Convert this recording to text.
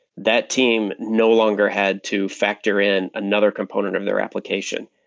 that team no longer had to factor in another component of their application.